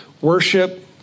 worship